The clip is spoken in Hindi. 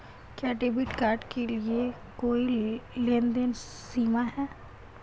क्या डेबिट कार्ड के लिए कोई लेनदेन सीमा है?